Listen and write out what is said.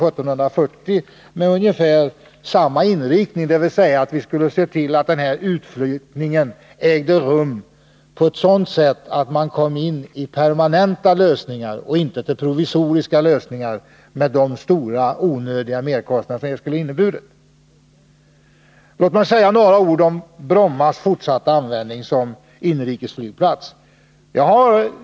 Sedan kom folkpartiet med en motion med ungefär samma inriktning, motion nr 1740. Vi ville alltså att riksdagen skulle se till att utflyttningen ägde rum på ett sådant sätt att det blev fråga om permanenta lösningar och inte provisoriska sådana, med de stora onödiga merkostnader som detta skulle ha inneburit. Tillåt mig säga några ord om den fortsatta användningen av Bromma som inrikesflygplats.